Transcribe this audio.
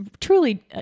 truly